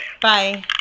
bye